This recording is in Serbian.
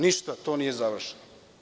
Ništa nije završeno.